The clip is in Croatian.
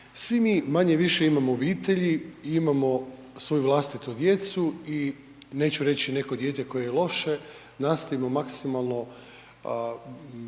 Svi mi manje-više imamo obitelji i imamo svoju vlastitu djecu i neću reći neko dijete koje je loše nastojimo maksimalno